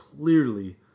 clearly